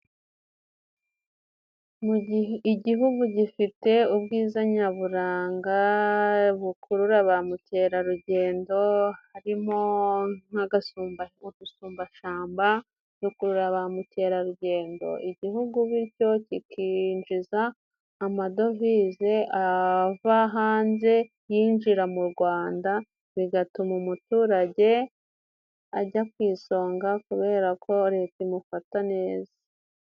Igihugu gifite ubwiza nyaburanga bukurura ba mukerarugendo. Harimo nk'udusumbashyamba dukurura ba mukerarugendo. Igihugu bityo kikinjiza amadovize ava hanze, yinjira mu Rwanda, bigatuma umuturage ajya ku isonga kubera ko Leta imufata neza.